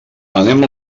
anem